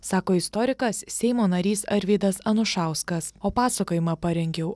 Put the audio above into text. sako istorikas seimo narys arvydas anušauskas o pasakojimą parengiau